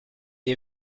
est